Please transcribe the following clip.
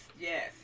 yes